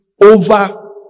over